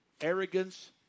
arrogance